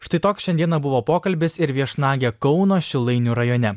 štai toks šiandieną buvo pokalbis ir viešnagė kauno šilainių rajone